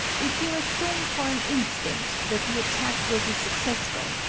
if you assume, for an instant, that the attack will be successful,